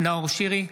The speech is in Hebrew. נאור שירי,